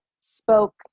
spoke